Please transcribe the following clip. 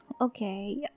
Okay